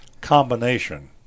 combination